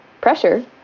pressure